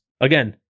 Again